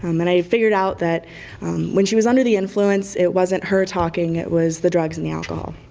um and i figured out that when she was under the influence, it wasn't her talking. it was the drugs and the alcohol.